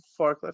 forklift